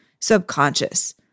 subconscious